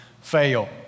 fail